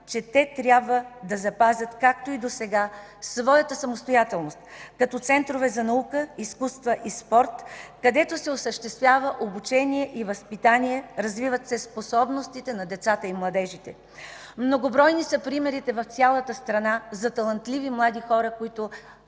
че те трябва да запазят, както и досега, своята самостоятелност като центрове за наука, изкуства и спорт, където се осъществява обучение и възпитание, развиват се способностите на децата и младежите. Многобройни са примерите в цялата страна за талантливи млади хора, които